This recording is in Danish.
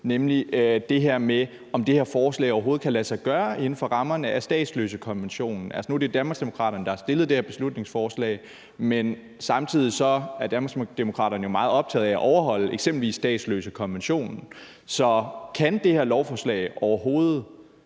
nemlig om det her med, om det her forslag overhovedet kan lade sig gøre inden for rammerne af statsløsekonventionen. Nu er det Danmarksdemokraterne, der har fremsat det her beslutningsforslag, men samtidig er Danmarksdemokraterne jo meget optaget af at overholde eksempelvis statsløsekonventionen. Så kan det her beslutningsforslag overhovedet